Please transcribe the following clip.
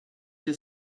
your